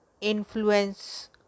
influence